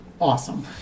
Awesome